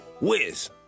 Wiz